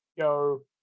go